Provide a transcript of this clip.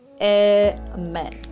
Amen